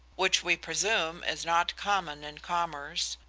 which we presume is not common in commerce,